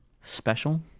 special